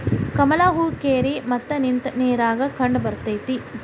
ಕಮಲ ಹೂ ಕೆರಿ ಮತ್ತ ನಿಂತ ನೇರಾಗ ಕಂಡಬರ್ತೈತಿ